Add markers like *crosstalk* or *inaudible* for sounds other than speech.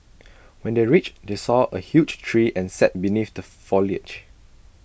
*noise* when they reached they saw A huge tree and sat beneath the foliage